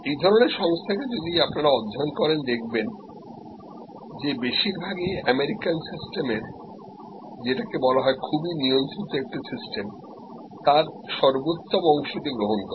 এই ধরনের সংস্থাকে যদি আপনারা অধ্যায়ন করেন দেখবেন যে বেশিরভাগই আমেরিকান সিস্টেমের যেটাকে বলা হয় খুবই নিয়ন্ত্রিত একটি সিস্টেম তার সর্বোত্তম অংশটি গ্রহণ করে